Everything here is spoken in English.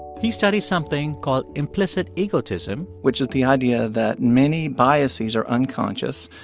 he studies something called implicit egotism. which is the idea that many biases are unconscious.